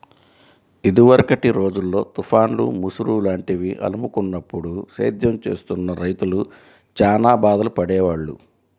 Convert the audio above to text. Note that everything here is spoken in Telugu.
ఇదివరకటి రోజుల్లో తుఫాన్లు, ముసురు లాంటివి అలుముకున్నప్పుడు సేద్యం చేస్తున్న రైతులు చానా బాధలు పడేవాళ్ళు